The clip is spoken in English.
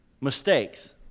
mistakes